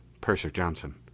purser johnson.